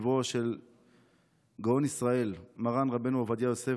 לקברו של גאון ישראל מרן רבנו עובדיה יוסף,